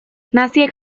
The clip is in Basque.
naziek